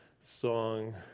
song